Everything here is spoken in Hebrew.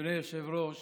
אדוני היושב-ראש,